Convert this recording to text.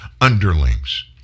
underlings